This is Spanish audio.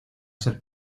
ser